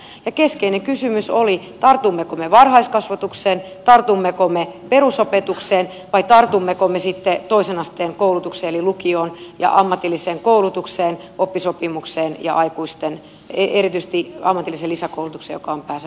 ja keskeinen kysymys oli tartummeko me varhaiskasvatukseen tartummeko me perusopetukseen vai tartummeko me sitten toisen asteen koulutukseen eli lukioon ja ammatilliseen koulutukseen oppisopimukseen ja erityisesti ammatilliseen lisäkoulutukseen joka on pääsääntöisesti aikuisille